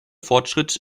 fortschritt